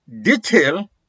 detail